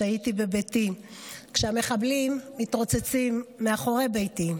שהיתי בביתי כשהמחבלים מתרוצצים מאחורי ביתי,